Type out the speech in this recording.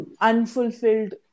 unfulfilled